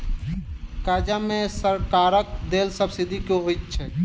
कर्जा मे सरकारक देल सब्सिडी की होइत छैक?